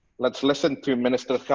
let's listen to minister